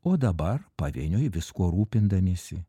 o dabar pavieniui viskuo rūpindamiesi